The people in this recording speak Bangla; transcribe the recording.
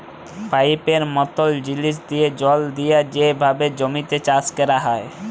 পাইপের মতল জিলিস দিঁয়ে জল দিঁয়ে যেভাবে জমিতে চাষ ক্যরা হ্যয়